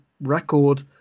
record